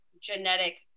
genetic